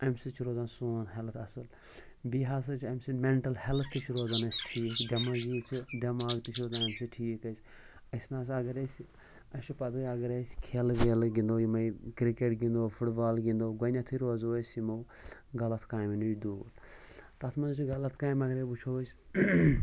اَمہِ سۭتۍ چھُ روزان سون ہٮ۪لٕتھ اَصٕل بیٚیہِ ہَسا چھِ اَمہِ سۭتۍ مٮ۪نٹَل ہیلٕتھ تہِ چھِ روزان اَسہِ ٹھیٖک دٮ۪ماغ یُس چھِ دٮ۪ماغ تہِ چھِ روزان اَمہِ سۭتۍ ٹھیٖک اَسہِ أسۍ نہ سا اگر أسۍ اَسہِ چھِ پَتہٕے اَگَر اَسہِ کھیلہٕ ویلہٕ گِنٛدو یِمَے کِرٛکٮ۪ٹ گِنٛدو فُٹ بال گِنٛدو گۄڈنٮ۪تھٕے روزو أسۍ یِمو غلط کامیو نِش دوٗر تَتھ منٛز چھِ غلط کامہِ اَگَرے وٕچھو أسۍ